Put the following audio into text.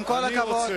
עם כל הכבוד.